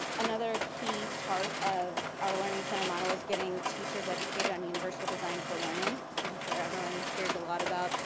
another key part of our learning center model is getting teachers educated on universal design for learning. which i'm sure everyone hears a lot about,